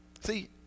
See